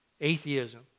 atheism